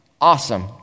awesome